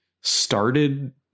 started